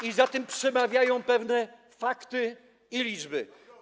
I za tym przemawiają pewne fakty i liczby.